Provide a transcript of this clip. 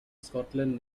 scotland